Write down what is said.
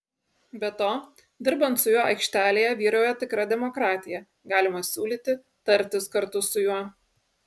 be to dirbant su juo aikštelėje vyrauja tikra demokratija galima siūlyti tartis kartu su juo